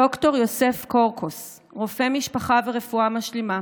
ד"ר יוסף קורקוס, רופא משפחה ורפואה משלימה